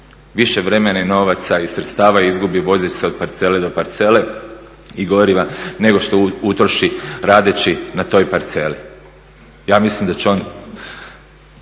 Više vremena i novaca i sredstava izgubi vozeći se od parcele do parcele i goriva nego što utroši radeći na toj parceli. Ja mislim da će on